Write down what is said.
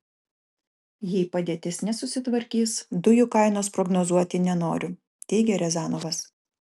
jei padėtis nesusitvarkys dujų kainos prognozuoti nenoriu teigia riazanovas